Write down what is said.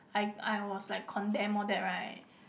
I I was like condemned all that right